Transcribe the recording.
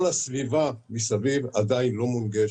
כל הסביבה שמסביב עדיין לא מונגשת.